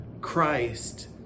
Christ